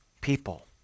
people